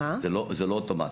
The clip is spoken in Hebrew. זה לא אוטומט.